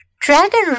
Dragon